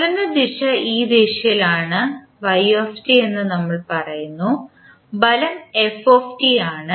ചലന ദിശ ഈ ദിശയിലാണ് എന്ന് നമ്മൾ പറയുന്നു ബലം f ആണ്